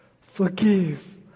Forgive